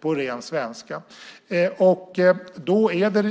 på ren svenska, slappt.